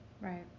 Right